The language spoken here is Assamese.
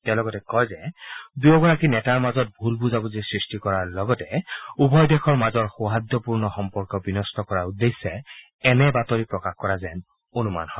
তেওঁ লগতে কয় যে দুয়োগৰাকী নেতাৰ মাজত ভূল বুজাবুজি সৃষ্টি কৰাৰ লগতে উভয় দেশৰ মাজৰ সৌহাৰ্দপূৰ্ণ সম্পৰ্ক বিনষ্ট কৰাৰ উদ্দেশ্যে এনে বাতৰি প্ৰকাশ কৰা যেন অনুমান হয়